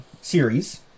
series